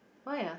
why ah